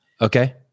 Okay